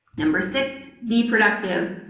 number six be productive.